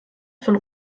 von